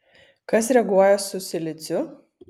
kas reaguoja su siliciu